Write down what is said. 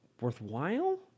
worthwhile